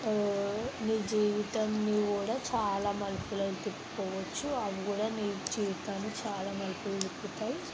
నీ జీవితం నీవు కూడా చాలా మలుపులు తిప్పుకోవచ్చు అవి కూడా నీకు జీవితాన్ని చాలా మలుపులు తిప్పతాయి